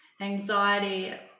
anxiety